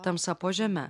tamsa po žeme